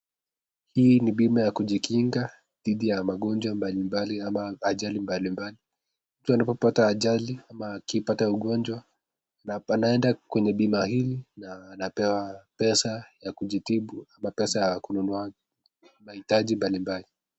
Hii ni bima ya kujikinga dhidi ya magonjwa mbalimbali ama ajali mbalimbali, mtu anapopata ajali ama akipata ugonjwa anaenda kwenye bima hili na anapewa pesa ya kujitibu ama pesa ya kununua mahitaji mbalimbali.